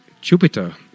Jupiter